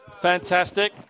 Fantastic